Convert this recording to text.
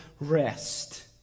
rest